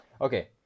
Okay